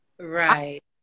Right